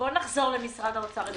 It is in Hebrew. בואו נחזור למשרד האוצר.